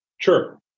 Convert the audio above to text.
Sure